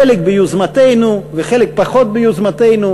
חלק ביוזמתנו וחלק פחות ביוזמתנו,